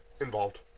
involved